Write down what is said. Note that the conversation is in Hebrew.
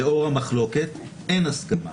לאור המחלוקת אין הסכמה.